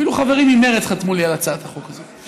אפילו חברים ממרצ חתמו לי על הצעת החוק הזו.